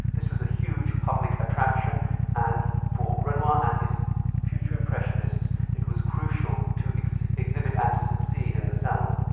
this was a huge public attraction and for renoir and his future impressionists, it was crucial to exhibit exhibit and to succeed in the salon.